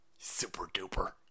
Super-duper